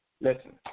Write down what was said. listen